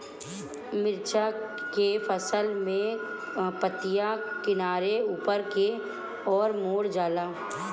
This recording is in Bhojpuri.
मिरचा के फसल में पतिया किनारे ऊपर के ओर मुड़ जाला?